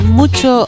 mucho